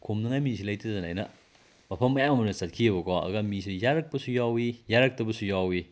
ꯈꯣꯝꯅꯉꯥꯏ ꯃꯤꯁꯤ ꯂꯩꯇꯗꯅ ꯑꯩꯅ ꯃꯐꯝ ꯃꯌꯥꯝ ꯑꯃꯗ ꯆꯠꯈꯤꯑꯕꯀꯣ ꯑꯗꯨꯒ ꯃꯤꯁꯦ ꯌꯥꯔꯛꯄꯁꯨ ꯌꯥꯎꯋꯤ ꯌꯥꯔꯛꯇꯕꯁꯨ ꯌꯥꯎꯋꯤ